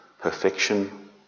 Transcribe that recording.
perfection